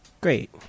Great